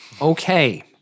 Okay